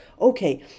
Okay